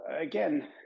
again